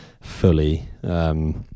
fully